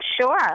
Sure